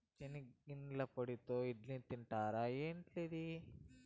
చెనిగ్గింజల పొడితో ఇడ్లీ తింటున్నారా, ఎట్లుంది